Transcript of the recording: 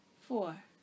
four